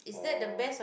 or